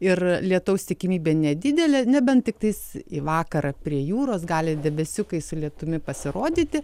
ir lietaus tikimybė nedidelė nebent tiktais į vakarą prie jūros gali debesiukai su lietumi pasirodyti